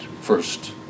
first